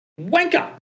Wanker